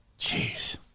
Jeez